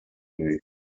luis